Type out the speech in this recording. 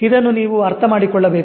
ಇದನ್ನು ನೀವು ಅರ್ಥ ಮಾಡಿಕೊಳ್ಳಬೇಕು